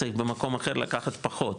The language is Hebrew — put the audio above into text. צריך במקום אחר לקחת פחות,